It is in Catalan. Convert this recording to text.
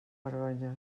vergonya